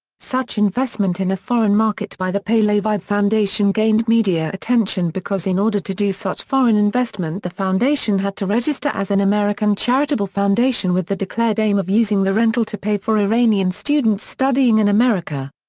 such investment in a foreign market by the pahlavi foundation gained media attention because in order to do such foreign investment the foundation had to register as an american charitable foundation with the declared aim of using the rental to pay for iranian students studying in america.